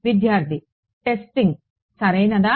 విద్యార్థి టెస్టింగ్ సరియైనదా